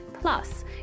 Plus